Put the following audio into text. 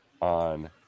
on